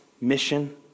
mission